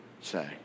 say